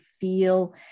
feel